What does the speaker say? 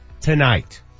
tonight